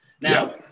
now